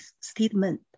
statement